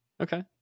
okay